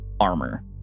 armor